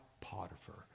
Potiphar